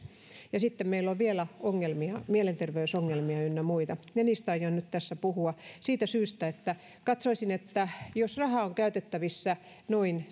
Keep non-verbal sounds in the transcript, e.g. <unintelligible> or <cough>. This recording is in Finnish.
ja sitten meillä on vielä ongelmia mielenterveysongelmia ynnä muita ja niistä aion nyt tässä puhua siitä syystä että katsoisin että jos rahaa on käytettävissä noin <unintelligible>